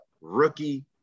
rookie